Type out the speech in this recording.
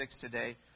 today